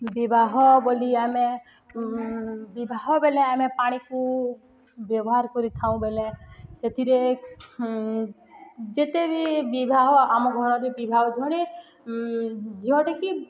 ବିବାହ ବୋଲି ଆମେ ବିବାହ ବେଲେ ଆମେ ପାଣିକୁ ବ୍ୟବହାର କରିଥାଉଁ ବେଲେ ସେଥିରେ ଯେତେ ବି ବିବାହ ଆମ ଘରରେ ବିବାହ ଜଣେ ଝିଅଟିକି